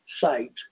site